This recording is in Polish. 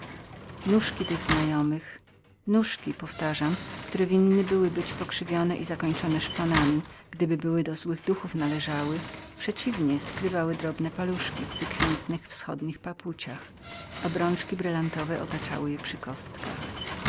nóżki tych nieznajomych nóżki powtarzam które winny były być pokrzywione i zakończone szponami gdyby były do złych duchów należały przeciwnie skrywały drobne paluszki w małych wschodnich papuciach obrączki dyamentowe otaczały je przy kostkach